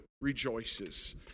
rejoices